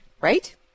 Right